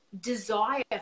desire